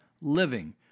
living